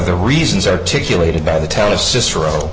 the reasons articulated by the town of cicero